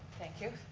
thank you.